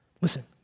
Listen